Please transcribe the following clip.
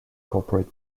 corporate